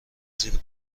زیر